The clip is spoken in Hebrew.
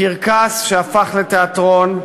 קרקס שהפך לתיאטרון,